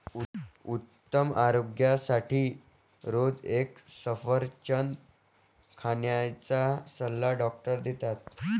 उत्तम आरोग्यासाठी रोज एक सफरचंद खाण्याचा सल्ला डॉक्टर देतात